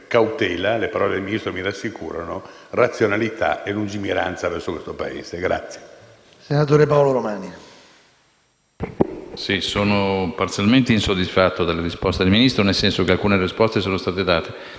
sono parzialmente insoddisfatto della risposta del Ministro, nel senso che alcune risposte non sono state date.